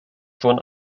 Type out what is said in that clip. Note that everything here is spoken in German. schon